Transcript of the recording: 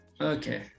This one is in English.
Okay